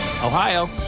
Ohio